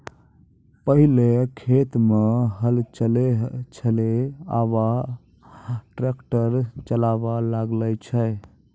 पहिलै खेत मे हल चलै छलै आबा ट्रैक्टर चालाबा लागलै छै